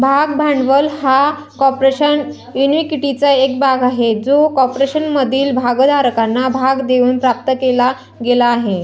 भाग भांडवल हा कॉर्पोरेशन इक्विटीचा एक भाग आहे जो कॉर्पोरेशनमधील भागधारकांना भाग देऊन प्राप्त केला गेला आहे